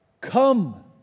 Come